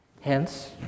Hence